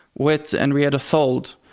with henrietta so szold,